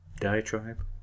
diatribe